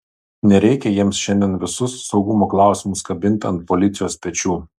nereikia jiems šiandien visus saugumo klausimus kabint ant policijos pečių